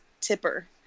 tipper